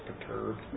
perturbed